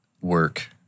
work